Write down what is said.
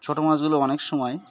ছোট মাছগুলো অনেক সময়